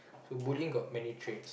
so bullying got many traits